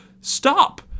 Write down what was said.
Stop